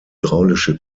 hydraulische